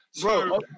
Bro